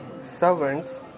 servants